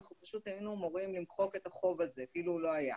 אנחנו פשוט היינו אמורים למחוק את החוב הזה כאילו הוא לא היה,